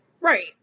Right